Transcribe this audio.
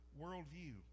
worldview